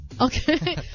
Okay